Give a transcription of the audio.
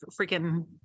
freaking